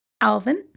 Alvin